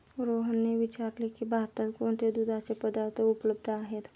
रोहनने विचारले की भारतात कोणते दुधाचे पदार्थ उपलब्ध आहेत?